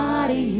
Body